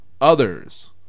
Others